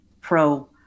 pro